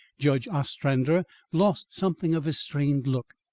judge ostrander lost something of his strained look,